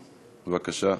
בבקשה.